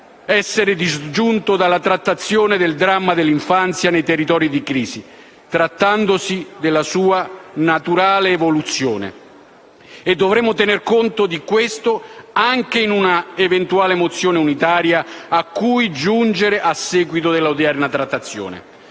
essere disgiunto dalla trattazione del dramma dell'infanzia nei territori di crisi, trattandosi della sua naturale evoluzione. Dovremmo tener conto di questo anche in un'eventuale mozione unitaria a cui giungere a seguito dell'odierna trattazione.